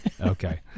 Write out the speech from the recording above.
Okay